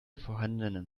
vorhandenen